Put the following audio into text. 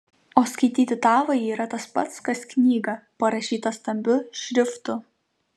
o skaityti tavąjį yra tas pat kas knygą parašytą stambiu šriftu